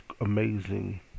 amazing